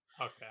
Okay